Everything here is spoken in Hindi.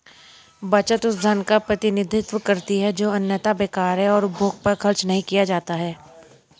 बचत उस धन का प्रतिनिधित्व करती है जो अन्यथा बेकार है और उपभोग पर खर्च नहीं किया जाता है